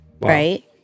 right